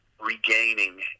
regaining